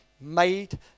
made